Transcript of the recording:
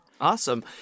Awesome